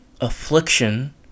Affliction